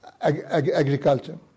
agriculture